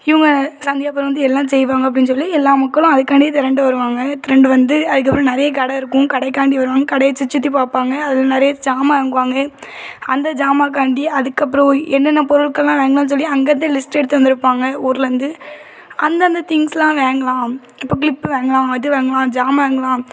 இவங்க சந்தியாகப்புரம் வந்து எல்லாம் செய்வாங்க அப்படின்னு சொல்லி எல்லா மக்களும் அதுக்காண்டி திரண்டு வருவாங்க திரண்டு வந்து அதுக்கப்புறம் நிறைய கடை இருக்கும் கடைக்காண்டி வருவாங்க கடையை சு சுற்றி சுற்றி பார்ப்பாங்க அதில் நிறைய சாமான் வாங்குவாங்க அந்த ஜாமாக்காண்டி அதுக்கப்புறம் என்ன என்ன பொருட்கள் எல்லாம் வாங்கலான்னு சொல்லி அங்கேருந்து லிஸ்ட் எடுத்து வந்து இருப்பாங்க ஊர்லருந்து அந்த அந்த திங்ஸ்லாம் வாங்கலாம் இப்போ க்ளிப்பு வாங்கலாம் அது வாங்கலாம் சாமான் வாங்கலாம்